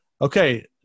Okay